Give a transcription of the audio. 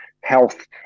health